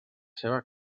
seva